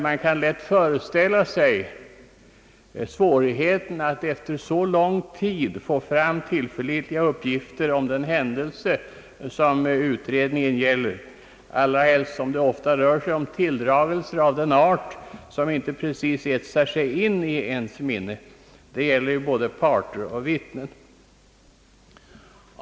Man kan lätt föreställa sig svårigheten att efter så lång tid få fram tillförlitliga uppgifter om den händelse som utredningen gäller, allra helst som det ofta rör sig om tilldragelser av den art som inte precis etsar sig in i ens minne. Det gäller både parter och vittnen.